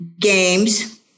games